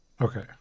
Okay